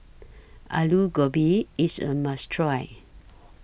Aloo Gobi IS A must Try